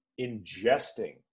ingesting